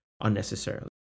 unnecessarily